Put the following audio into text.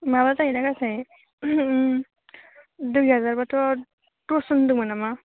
माबा जायोना गासै दुइ हाजारबाथ' दस होन्दोंमोन नामा